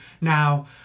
now